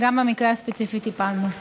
וגם במקרה הספציפי טיפלנו.